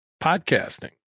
podcasting